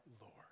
Lord